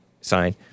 sign